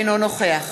אינו נוכח